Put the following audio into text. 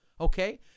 okay